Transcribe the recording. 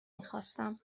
میخواستم